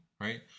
right